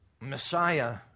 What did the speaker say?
Messiah